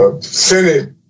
Senate